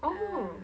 oh